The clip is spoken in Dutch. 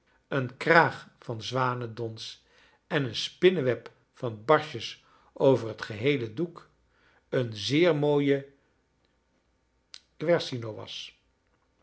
een kraag van zwanendons en een spinneweb van barstjes over het geheele doek een zeer mooie guercino was